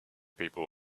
people